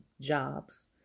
jobs